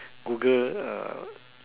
Google uh